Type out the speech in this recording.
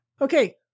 Okay